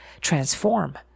transform